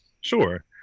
Sure